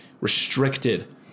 restricted